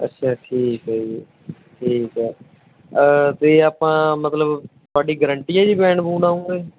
ਅੱਛਾ ਠੀਕ ਹੈ ਜੀ ਠੀਕ ਹੈ ਅਤੇ ਆਪਾਂ ਮਤਲਬ ਤੁਹਾਡੀ ਗਰੰਟੀ ਹੈ ਜੀ ਬੈਂਡ ਬੂੰਡ ਆਉੂਂਗੇ